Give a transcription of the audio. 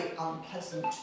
unpleasant